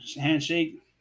handshake